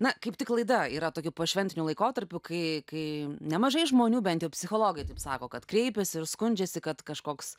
na kaip tik laida yra tokiu pošventiniu laikotarpiu kai kai nemažai žmonių bent jau psichologai taip sako kad kreipiasi ir skundžiasi kad kažkoks